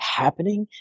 happening